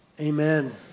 Amen